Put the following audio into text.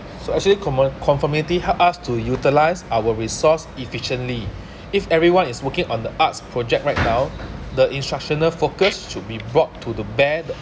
so actually coma~ conformity have to utilise our resource efficiently if everyone is working on the arts project right now the instructional focus should be brought to the bed